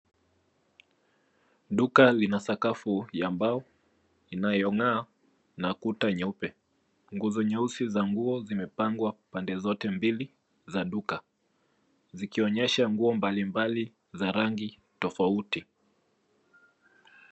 Duka lina sakafu ya mbao inayong'aa na kuta nyeupe. Nguzo nyeusi za nguo zimepangwa pande zote mbili za duka, zikionyesha nguo mbalimbali za rangi tofauti.